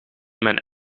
mijn